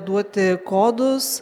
duoti kodus